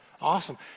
Awesome